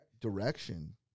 direction